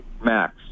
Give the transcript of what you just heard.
max